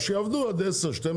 אבל שיעבדו עד 22:00,